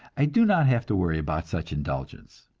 i do not have to worry about such indulgence.